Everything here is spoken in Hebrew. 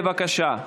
בבקשה.